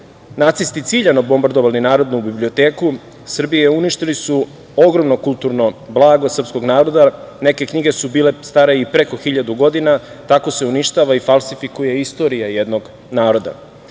nacisti ciljano bombardovali Narodnu biblioteku Srbije, uništili su ogromno kulturno blago srpskog naroda. Neke knjige su bile stare i preko hiljadu godina. Tako se uništava i falsifikuje istorija jednog